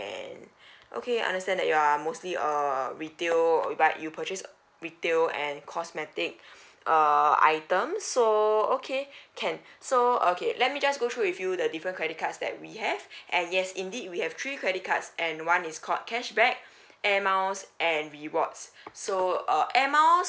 and okay I understand that you are mostly err retail but you purchase retail and cosmetic uh items so okay can so uh okay let me just go through with you the different credit cards that we have and yes indeed we have three credit cards and one is called cashback air miles and rewards so uh air miles